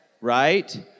Right